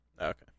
Okay